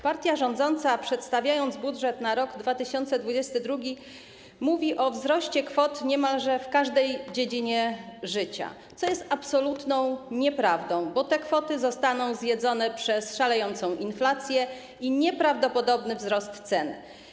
Partia rządząca, przedstawiając budżet na rok 2022, mówi o wzroście kwot w niemalże każdej dziedzinie życia, co jest absolutną nieprawdą, bo te kwoty zostaną zjedzone przez szalejącą inflację i nieprawdopodobny wzrost cen.